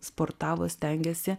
sportavo stengėsi